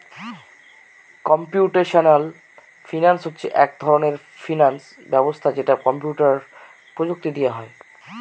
computational finance হচ্ছে এক ধরনের ফিনান্স ব্যবস্থা যেটা কম্পিউটার প্রযুক্তি দিয়ে হয়